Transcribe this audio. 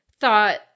thought